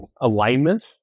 alignment